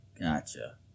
Gotcha